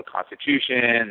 constitution